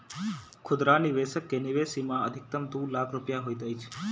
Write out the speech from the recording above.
खुदरा निवेशक के निवेश सीमा अधिकतम दू लाख रुपया होइत अछि